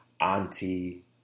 auntie